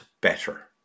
better